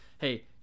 hey